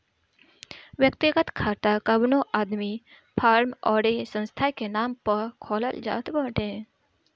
व्यक्तिगत खाता कवनो आदमी, फर्म अउरी संस्था के नाम पअ खोलल जात बाटे